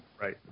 right